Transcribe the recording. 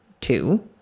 two